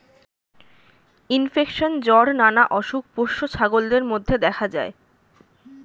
infection, জ্বর নানা অসুখ পোষ্য ছাগলদের মধ্যে দেখা যায়